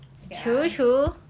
stop it ah